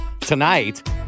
Tonight